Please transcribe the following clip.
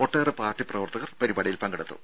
ഒട്ടേറെ പാർട്ടി പ്രവർത്തകർ പരിപാടിയിൽ പങ്കെടുത്തു